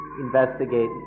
investigate